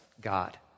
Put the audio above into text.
God